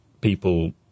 people